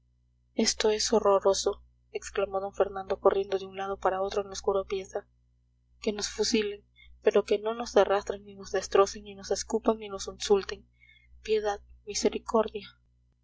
esto es horroroso exclamó d fernando corriendo de un lado para otro en la oscura pieza que nos fusilen pero que no nos arrastren ni nos destrocen ni nos escupan ni nos insulten piedad misericordia